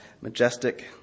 majestic